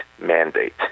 mandate